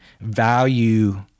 value